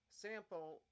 sample